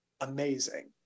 amazing